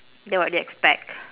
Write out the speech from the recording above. then what do you expect